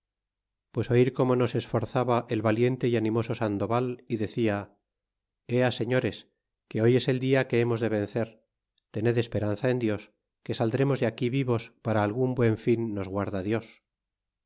pues oir como nos esforzaba el valiente y animoso sandoval y decia ea señores que hoy es el dia que hemos de vencer tened esperanza en dios que saldremos de aquí vivos para algun buen fin nos guarda dios